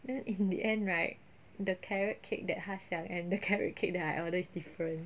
then in the end right the carrot cake that 他想 and the carrot cake that I order is different